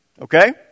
Okay